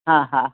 हा हा